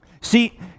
See